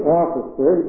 officer